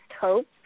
hope